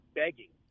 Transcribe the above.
begging